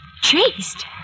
Chased